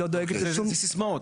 זה סיסמאות.